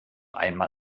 einmal